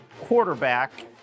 quarterback